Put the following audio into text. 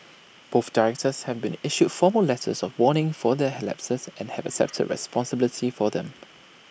both directors have been issued formal letters of warning for their lapses and have accepted responsibility for them